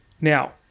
now